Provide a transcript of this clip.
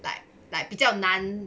like like 比较难